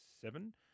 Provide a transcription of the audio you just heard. seven